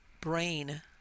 brain